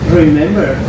remember